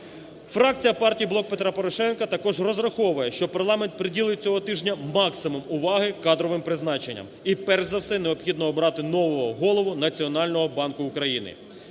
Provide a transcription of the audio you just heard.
Фракція партії "Блок Петра Порошенка" також розраховує, що парламент приділить цього тижня максимум уваги кадровим призначенням. І перш за все необхідно нового голову Національного банку України.